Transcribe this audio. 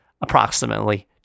approximately